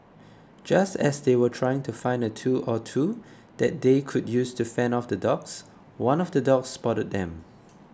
just as they were trying to find a tool or two that they could use to fend off the dogs one of the dogs spotted them